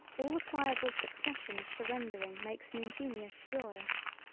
all the pliable succession of surrendering makes an ingenious joy.